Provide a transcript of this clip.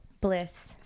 Bliss